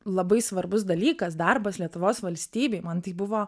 labai svarbus dalykas darbas lietuvos valstybei man tai buvo